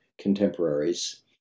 contemporaries